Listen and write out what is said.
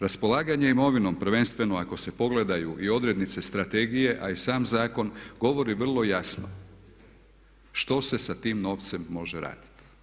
Raspolaganje imovinom, prvenstveno ako se pogledaju i odrednice strategije a i sam zakon govori vrlo jasno što se sa tim novcem može raditi.